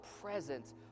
presence